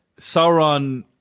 Sauron